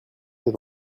des